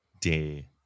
day